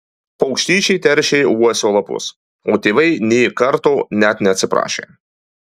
paukštyčiai teršė uosio lapus o tėvai nė karto net neatsiprašė